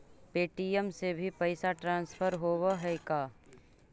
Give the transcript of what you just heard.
Paytm से भी पैसा ट्रांसफर होवहकै?